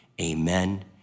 amen